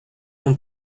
non